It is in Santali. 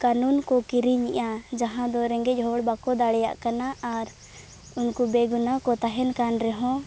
ᱠᱟᱱᱩᱱ ᱠᱚ ᱠᱤᱨᱤᱧᱮᱫᱼᱟ ᱡᱟᱦᱟᱸ ᱫᱚ ᱨᱮᱸᱜᱮᱡ ᱦᱚᱲ ᱵᱟᱠᱚ ᱫᱟᱲᱮᱭᱟᱜ ᱠᱟᱱᱟ ᱟᱨ ᱩᱱᱠᱩ ᱵᱮ ᱜᱩᱱᱟᱹ ᱠᱚ ᱛᱟᱦᱮᱱ ᱠᱟᱱ ᱨᱮᱦᱚᱸ